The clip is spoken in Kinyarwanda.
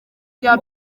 rya